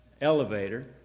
elevator